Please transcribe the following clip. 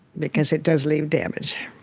because it does leave damage.